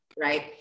right